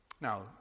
Now